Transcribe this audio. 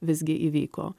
visgi įvyko